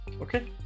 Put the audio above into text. okay